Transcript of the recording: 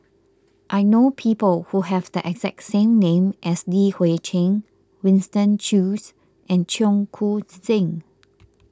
I know people who have the exact same name as Li Hui Cheng Winston Choos and Cheong Koon Seng